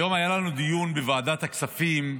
היום היה לנו דיון בוועדת הכספים,